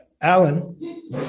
Alan